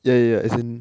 ya ya ya as in